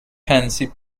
pansy